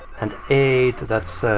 and eight, that's